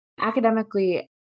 academically